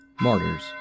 Martyrs